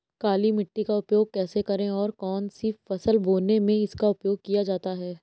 काली मिट्टी का उपयोग कैसे करें और कौन सी फसल बोने में इसका उपयोग किया जाता है?